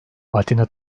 atina